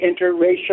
interracial